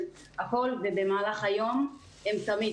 במהלך היום הם תמיד.